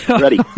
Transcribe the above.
ready